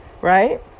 right